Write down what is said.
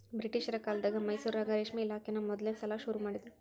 ಬ್ರಿಟಿಷರ ಕಾಲ್ದಗ ಮೈಸೂರಾಗ ರೇಷ್ಮೆ ಇಲಾಖೆನಾ ಮೊದಲ್ನೇ ಸಲಾ ಶುರು ಮಾಡಿದ್ರು